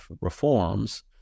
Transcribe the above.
reforms